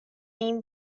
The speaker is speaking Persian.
این